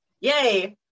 yay